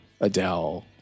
Adele